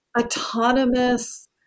autonomous